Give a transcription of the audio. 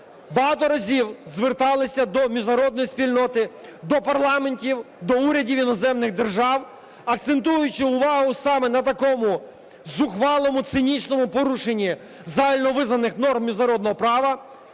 багато разів зверталися до міжнародної спільноти, до парламентів, до урядів іноземних держав, акцентуючи увагу саме на такому зухвалому цинічному порушенні загальновизнаних норм міжнародного права,